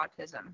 autism